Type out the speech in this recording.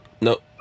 nope